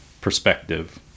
perspective